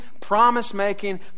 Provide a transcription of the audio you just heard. promise-making